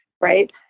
Right